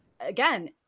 again